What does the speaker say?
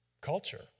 culture